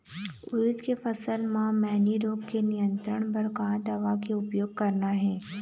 उरीद के फसल म मैनी रोग के नियंत्रण बर का दवा के उपयोग करना ये?